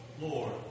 Lord